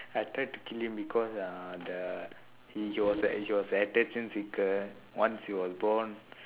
I tried to kill him because uh the he was a he was an attention seeker once he was born